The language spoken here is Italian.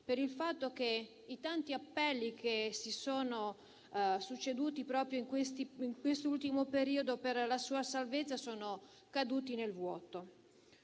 il fatto che i tanti appelli che si sono succeduti nell'ultimo periodo per la sua salvezza siano caduti nel vuoto.